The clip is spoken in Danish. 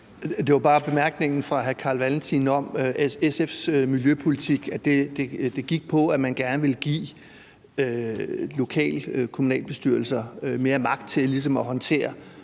Det var bare til bemærkningen fra hr. Carl Valentin om SF's miljøpolitik. Det gik på, at man gerne ville give kommunalbestyrelser mere magt til ligesom